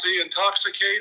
intoxicated